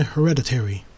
Hereditary